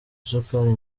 isukari